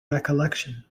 recollection